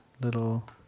little